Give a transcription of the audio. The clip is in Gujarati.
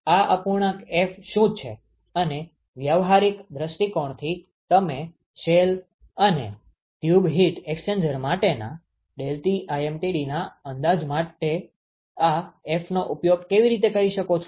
આ અપૂર્ણાંક F શું છે અને વ્યવહારિક દ્રષ્ટિકોણથી તમે શેલ અને ટ્યુબ હીટ એક્સ્ચેન્જર માટેના ∆Tlmtdના અંદાજમાં આ Fનો ઉપયોગ કેવી રીતે કરી શકો છો